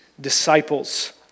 disciples